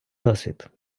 досвід